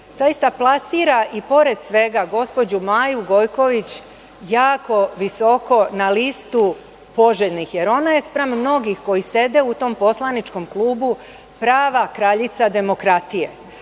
zaista plasiram i pored svega gospođu Maju Gojković jako visoko na listu poželjnih, jer ona je spram mnogih koji sede u tom poslaničkom klubu prava kraljica demokratije.